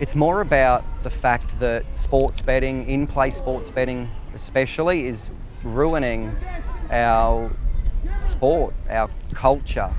it's more about the fact that sports betting in play, sports betting especially is ruining our sport, our culture.